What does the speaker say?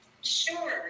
Sure